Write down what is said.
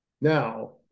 now